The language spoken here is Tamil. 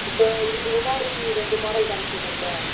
இப்போ இதுக்கு முன்னாடி ரெண்டு மாடல் காமிச்சீங்கல்ல